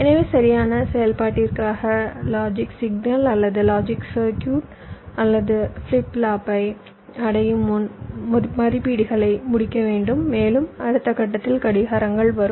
எனவே சரியான செயல்பாட்டிற்காக லாஜிக் சிக்னல் அல்லது லாஜிக் சர்க்யூட்ரி அல்லது ஃபிளிப் ஃப்ளாப்பை அடையும் முன் மதிப்பீடுகளை முடிக்க வேண்டும் மேலும் அடுத்த கட்டத்தில் கடிகாரங்கள் வரும்